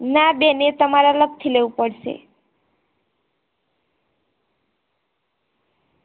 ના બેન એ તમારે અલગથી લેવું પડશે